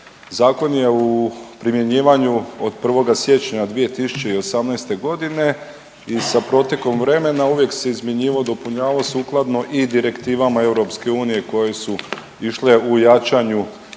zakon je u primjenjivanju od 1. siječnja 2018. godine i sa protekom vremena uvijek se izmjenjivao, dopunjavao sukladno i direktivama EU koje su išle u jačanju